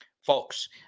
Folks